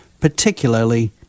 particularly